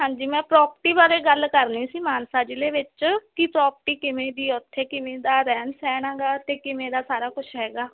ਹਾਂਜੀ ਮੈਂ ਪ੍ਰੋਪਰਟੀ ਬਾਰੇ ਗੱਲ ਕਰਨੀ ਸੀ ਮਾਨਸਾ ਜ਼ਿਲ੍ਹੇ ਵਿੱਚ ਕਿ ਪ੍ਰੋਪਰਟੀ ਕਿਵੇਂ ਦੀ ਉੱਥੇ ਕਿਵੇਂ ਦਾ ਰਹਿਣ ਸਹਿਣ ਹੈਗਾ ਅਤੇ ਕਿਵੇਂ ਦਾ ਸਾਰਾ ਕੁਛ ਹੈਗਾ